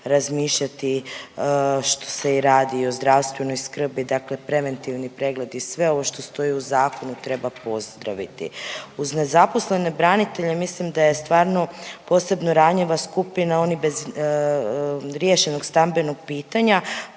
razmišljati što se i radi o zdravstvenoj skrbi, dakle preventivni pregledi, sve ovo što stoji u zakonu treba pozdraviti. Uz nezaposlene branitelje mislim da je stvarno posebno ranjiva skupina oni bez riješenog stambenog pitanja